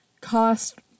cost